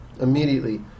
immediately